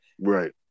Right